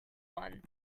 one